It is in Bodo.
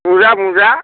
मुजा मुजा